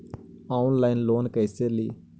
Online loan कैसे ली?